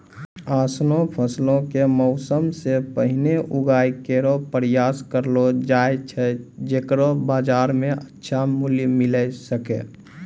ऑसनो फसल क मौसम सें पहिने उगाय केरो प्रयास करलो जाय छै जेकरो बाजार म अच्छा मूल्य मिले सके